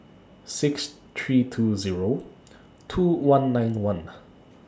six three two Zero two one nine one